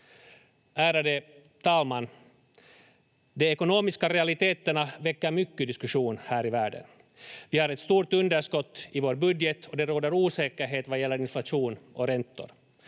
Ärade talman! De ekonomiska realiteterna väcker mycket diskussion här i världen. Vi har ett stort underskott i vår budget och det råder osäkerhet vad gäller inflation och räntor.